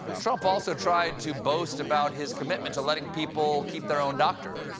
trump also tried to boast about his commitment to letting people keep their own doctor.